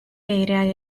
geiriau